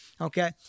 okay